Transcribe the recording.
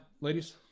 ladies